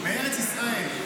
מארץ ישראל.